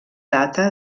data